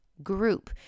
group